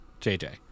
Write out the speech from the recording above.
jj